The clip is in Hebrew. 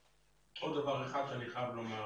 עוד דבר אחד אני חייב לומר,